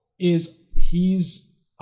is—he's